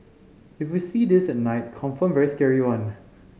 if we see this at night confirm very scary one